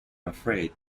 afraid